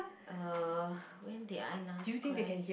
uh when did I last cry